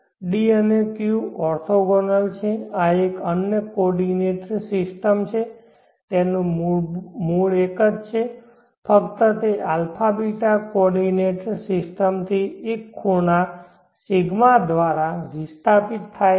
d અને q orthogonal છે આ એક અન્ય કોઓર્ડિનેટ સિસ્ટમ છે જેનો મૂળ એક જ છે ફક્ત તે α β કોઓર્ડિનેંટ સિસ્ટમથી એક ખૂણા ρ દ્વારા વિસ્થાપિત થાય છે